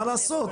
מה לעשות?